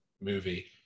movie